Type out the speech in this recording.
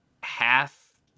half